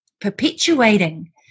perpetuating